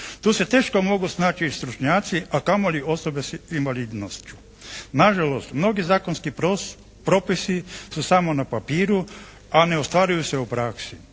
Tu se teško mogu snaći i stručnjaci a kamoli osobe s invalidnošću. Nažalost mnogi zakonski propisi su samo na papiru, a ne ostvaruju se u praksi.